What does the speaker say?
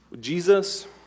Jesus